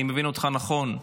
אני מבין אותך נכון.